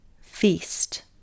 Feast